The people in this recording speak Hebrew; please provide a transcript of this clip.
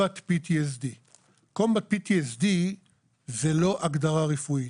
PTSD. Combat PTSD זה לא הגדרה רפואית,